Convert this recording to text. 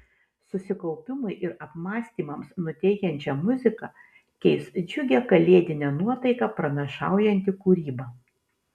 susikaupimui ir apmąstymams nuteikiančią muziką keis džiugią kalėdinę nuotaiką pranašaujanti kūryba